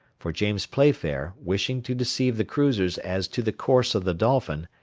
for james playfair, wishing to deceive the cruisers as to the course of the dolphin,